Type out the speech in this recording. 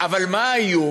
אבל מה האיום?